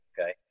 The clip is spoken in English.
okay